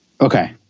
Okay